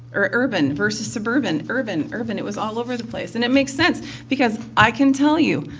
or urban versus suburban. urban, urban, it was all over the place. and it makes sense because i can tell you,